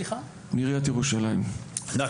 סליחה.